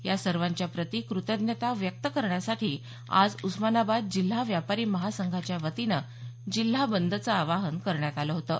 या सर्वांच्या प्रति कृतज्ञता व्यक्त करण्यासाठी आज उस्मानाबाद जिल्हा व्यापारी महासंघाच्या वतीनं जिल्हा बंदचं आवाहन करण्यात आलं होतं